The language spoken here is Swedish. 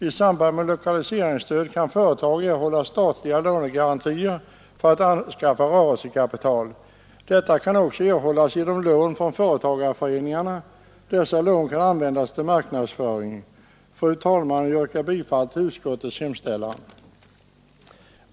I samband med lokaliseringsstöd kan företag erhålla statliga lånegarantier för att anskaffa rörelsekapital, vilket också kan erhållas genom lån från företagarföreningarna. Dessa lån kan användas till marknadsföring. Fru talman! Jag yrkar här bifall till utskottets hemställan.